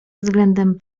względem